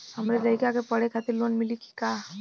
हमरे लयिका के पढ़े खातिर लोन मिलि का?